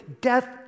death